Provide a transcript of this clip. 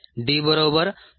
D 2